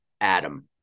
Adam